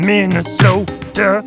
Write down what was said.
Minnesota